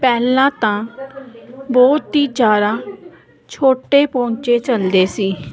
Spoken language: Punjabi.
ਪਹਿਲਾਂ ਤਾਂ ਬਹੁਤ ਹੀ ਜ਼ਿਆਦਾ ਛੋਟੇ ਪੌਂਚੇ ਚਲਦੇ ਸੀ